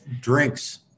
drinks